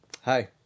hi